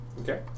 Okay